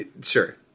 sure